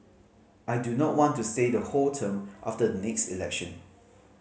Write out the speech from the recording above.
I do not want to stay the whole term after the next election